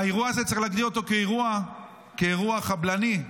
צריך להגדיר את האירוע הזה כאירוע חבלני,